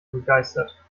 begeistert